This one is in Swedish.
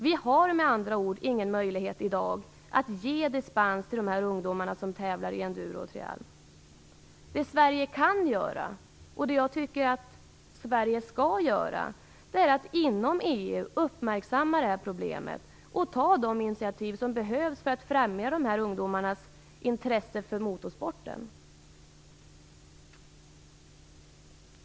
Vi har med andra ord ingen möjlighet i dag att ge dispens till de ungdomar som tävlar i enduro och trial. Vad Sverige kan göra och som jag tycker att Sverige skall göra är att inom EU uppmärksamma problemet och ta de initiativ som behövs för att främja dessa ungdomars intresse för motorsporten.